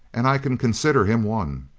and i can consider him one.